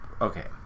Okay